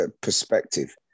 perspective